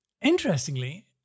interestingly